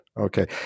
Okay